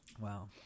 Wow